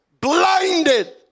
blinded